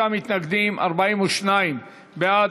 56 מתנגדים, 42 בעד.